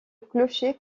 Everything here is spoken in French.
clocher